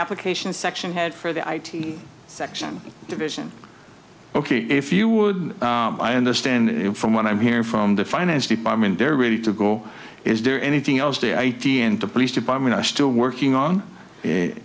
application section head for the section division ok if you would i understand from what i'm hearing from the finance department there really to go is there anything else the idea and the police department are still working on